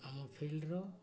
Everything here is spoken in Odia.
ଆମ ଫିଲ୍ଦର